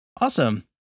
Awesome